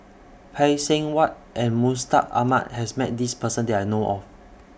Phay Seng Whatt and Mustaq Ahmad has Met This Person that I know of